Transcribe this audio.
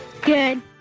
Good